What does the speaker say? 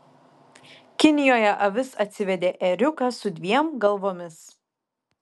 kinijoje avis atsivedė ėriuką su dviem galvomis